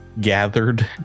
gathered